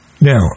Now